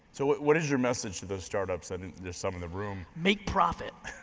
so what is your message to those startups? and there's some in the room. make profit.